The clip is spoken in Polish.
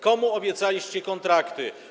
Komu obiecaliście kontrakty?